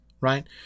Right